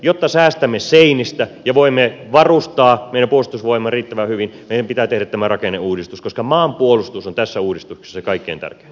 jotta säästämme seinistä ja voimme varustaa meidän puolustusvoimamme riittävän hyvin meidän pitää tehdä tämä rakenneuudistus koska maanpuolustus on tässä uudistuksessa se kaikkein tärkein